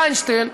וינשטיין,